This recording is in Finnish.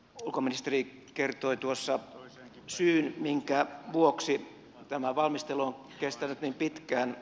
ulkoministeri kertoi syyn minkä vuoksi tämä valmistelu on kestänyt niin pitkään